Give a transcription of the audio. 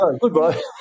Goodbye